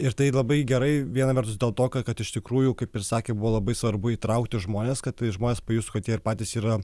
ir tai labai gerai viena vertus dėl to kad iš tikrųjų kaip ir sakė buvo labai svarbu įtraukti žmones kad tai žmonės pajutųs kad jie ir patys yra